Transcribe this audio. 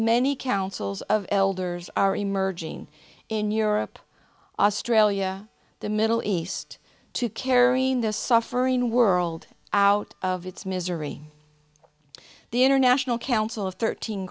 many councils of elders are emerging in europe australia the middle east to karinda suffering world out of its misery the international council of thirteen